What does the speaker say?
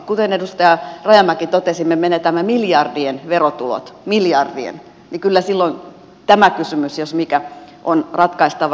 kuten edustaja rajamäki totesi me menetämme miljardien verotulot miljardien ja kyllä silloin tämä kysymys jos mikä on ratkaistava